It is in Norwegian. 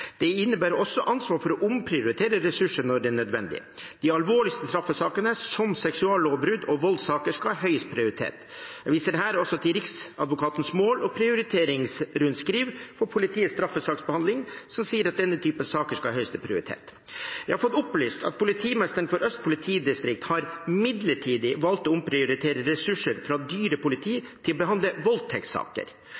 Det innebærer også ansvar for å omprioritere ressurser når det er nødvendig. De alvorligste straffesakene, som seksuallovbrudd og voldssaker, skal ha høyest prioritet. Jeg viser her også til Riksadvokatens mål- og prioriteringsrundskriv for politiets straffesaksbehandling, som sier at denne typen saker skal ha høyeste prioritet. Jeg har fått opplyst at politimesteren i Øst politidistrikt midlertidig har valgt å omprioritere ressurser fra